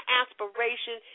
aspiration